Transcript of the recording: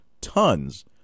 tons